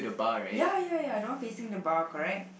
ya ya ya the one facing the bar correct